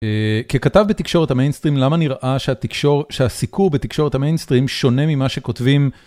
ככתב בתקשורת המיינסטרים למה נראה שהסיקור בתקשורת המיינסטרים שונה ממה שכותבים